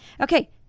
Okay